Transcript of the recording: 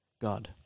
God